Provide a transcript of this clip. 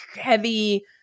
heavy